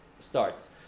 starts